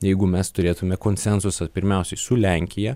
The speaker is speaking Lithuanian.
jeigu mes turėtume konsensusą pirmiausiai su lenkija